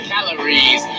Calories